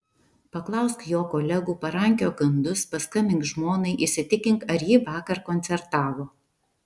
paklausk jo kolegų parankiok gandus paskambink žmonai įsitikink ar ji vakar koncertavo